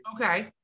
Okay